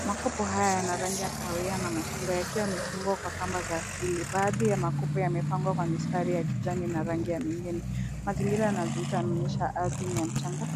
Makopo haya yana rangi ya kahawia na machungwa yakiwa yamefungwa kwa kamba za asili, baadhi ya makopo yamepangwa kwa mistari ya kijani na rangi ya mingine. Mazingira yanayokamilisha ardhi ni ya mchanga